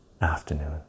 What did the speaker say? afternoon